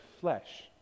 flesh